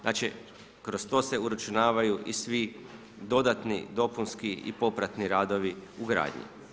Znači kroz to se uračunavaju i svi dodatni dopunski i popratni radovi u gradnji.